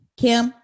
Kim